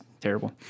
terrible